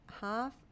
half